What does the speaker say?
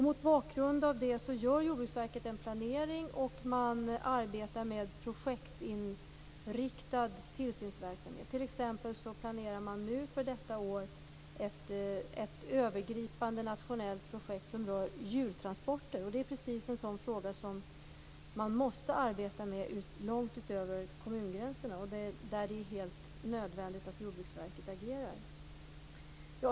Mot bakgrund av det gör Jordbruksverket en planering, och man arbetar med en projektinriktad tillsynsverksamhet. Man planerar t.ex. för detta år för ett övergripande nationellt projekt som rör djurtransporter. Det är en sådan fråga som man måste arbeta med långt utöver kommungränserna och där det är helt nödvändigt att Jordbruksverket agerar.